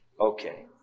Okay